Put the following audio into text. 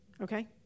okay